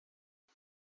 jag